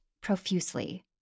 profusely